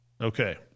Okay